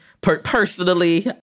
personally